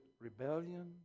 rebellion